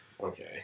Okay